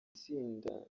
tsinda